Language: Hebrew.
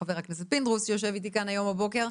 חבר הכנסת פינדרוס שיושב איתי כאן הבוקר,